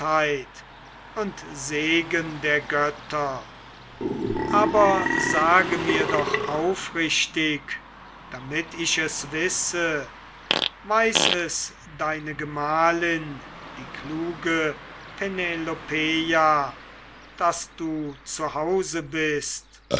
und segen der götter aber sage mir doch aufrichtig damit ich es wisse weiß es deine gemahlin die kluge penelopeia daß du zu hause bist